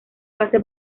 fase